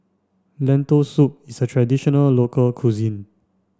Lentil Soup is a traditional local cuisine